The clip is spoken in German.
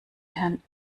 herrn